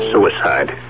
Suicide